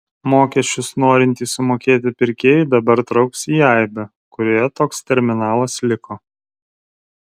mokesčius norintys sumokėti pirkėjai dabar trauks į aibę kurioje toks terminalas liko